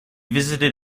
visited